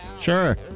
Sure